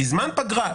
בזמן פגרה,